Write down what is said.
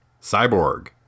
Cyborg